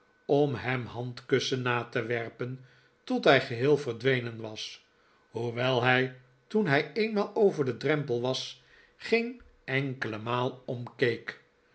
om hem handkussen na te werpen tot hij geheel verdwenen was hoewel hij toen hij eenmaal over den drempel was geen enkele maal omkeek